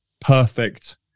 perfect